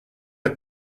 est